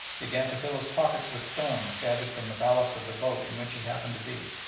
began to fill his pockets with stones gathered from the ballast of the boat in which he happened to be,